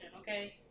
Okay